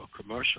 commercial